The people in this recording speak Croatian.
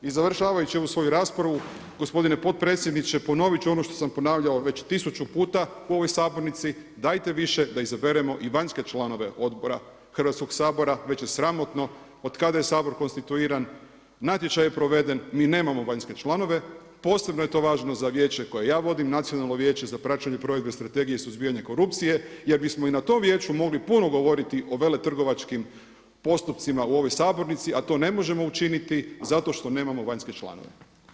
I završavajući ovu svoju raspravu, gospodine potpredsjedniče, ponovit ću ono što sam ponavljao već 1000 puta u ovoj sabornici, dajte više da izaberemo i vanjske članove odbora Hrvatskog sabora, već je sramotno otkada je Sabor konstituiran natječaj je proveden, mi nemamo vanjske članove, posebno je to važno za vijeće koje ja vodim, Nacionalno vijeće za praćenje provedbe strategije suzbijanja korupcije jer bismo i na tom vijeću mogli puno govoriti o veletrgovačkim postupcima u ovoj sabornici, a to ne možemo učiniti zašto što nemamo vanjske članove.